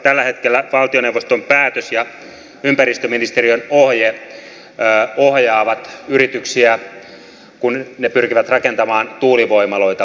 tällä hetkellä valtioneuvoston päätös ja ympäristöministeriön ohje ohjaavat yrityksiä kun ne pyrkivät rakentamaan tuulivoimaloita